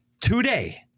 today